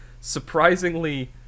surprisingly